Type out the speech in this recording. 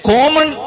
Common